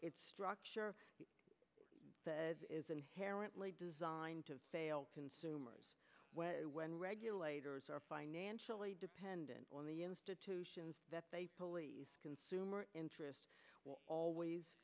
its structure is inherently designed to fail consumers when regulators are financially dependent on the institutions that they police consumer interest will always